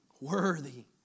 Worthy